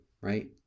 right